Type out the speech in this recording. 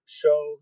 show